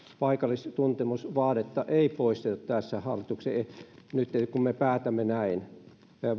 paikallistuntemusvaadetta ei poistettu tässä hallituksen esityksessä nyt kun me päätämme näin